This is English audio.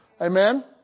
Amen